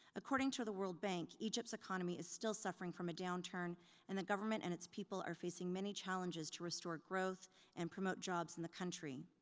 according to the world bank, egypt's economy is still suffering from a downturn and the government and its people are facing many challenges to restore growth and promote jobs in the country.